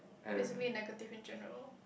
basically negative in general